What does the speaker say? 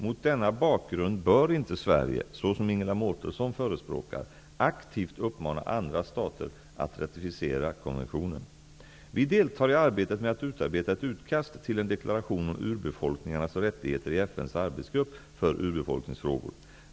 Mot denna bakgrund bör inte Sverige, såsom Ingela Mårtensson förespråkar, aktivt uppmana andra stater att ratificera konventionen. Vi deltar i arbetet med att utarbeta ett utkast till en deklaration om urbefolkningars rättigheter i FN:s arbetsgrupp för urbefolkningsfrågor.